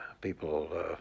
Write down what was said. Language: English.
people